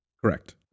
Correct